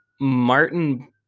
Martin